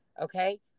Okay